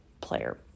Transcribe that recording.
player